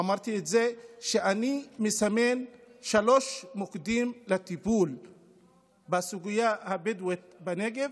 אמרתי שאני מסמן שלושה מוקדים לטיפול בסוגיה הבדואית בנגב: